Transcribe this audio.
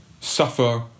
suffer